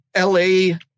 LA